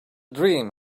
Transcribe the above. dream